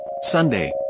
Sunday